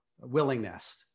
willingness